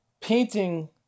painting